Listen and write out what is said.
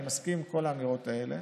אני מסכים עם כל האמירות האלה.